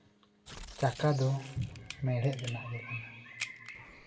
ᱪᱟᱠᱟ ᱫᱚ ᱢᱮᱬᱦᱮᱫ ᱨᱮᱭᱟᱜ ᱜᱮ ᱠᱟᱱᱟ